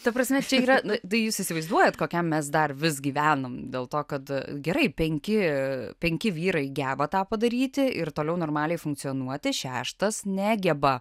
ta prasme čia yra na tai jūs įsivaizduojat kokiam mes dar vis gyvenam dėl to kad gerai penki penki vyrai geba tą padaryti ir toliau normaliai funkcionuoti šeštas negeba